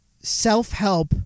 self-help